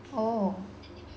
oh